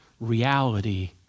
reality